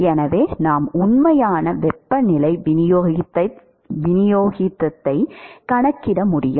எனவே நாம் உண்மையான வெப்பநிலை விநியோகத்தை கணக்கிட முடியும்